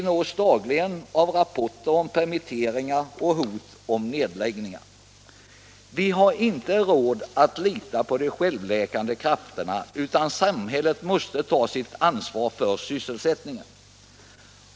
Vi nås dagligen av rapporter om permitteringar och hot om nedläggningar. Vi har inte råd att lita på självläkande krafter, utan samhället måste ta sitt ansvar för sysselsättningen.